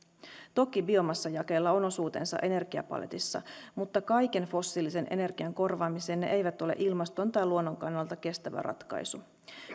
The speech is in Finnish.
toki biomassajakeella on osuutensa energiapaletissa mutta kaiken fossiilisen energian korvaamiseen ne eivät ole ilmaston tai luonnon kannalta kestävä ratkaisu